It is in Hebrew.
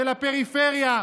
של הפריפריה,